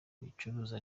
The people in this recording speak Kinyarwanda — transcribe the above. bicuruza